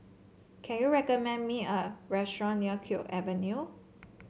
can you recommend me a restaurant near Kew Avenue